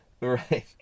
Right